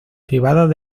privadas